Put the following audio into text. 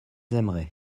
aimeraient